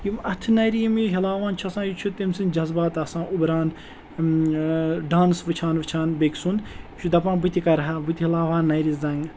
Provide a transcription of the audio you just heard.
یِم اَتھٕ نَرِ یِم یہِ ہیلاوان چھِ آسان یہِ چھُ تٔمۍ سٕنٛدۍ جذبات آسان اُبران ڈانٕس وٕچھان وٕچھان بیٚکہِ سُنٛد یہِ چھُ دَپان بہٕ تہِ کَرٕ ہا بہٕ تہِ ہیلاوہا نَرِ زَنٛگہٕ